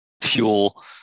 fuel